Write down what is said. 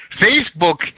Facebook